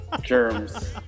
germs